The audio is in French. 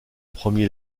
premier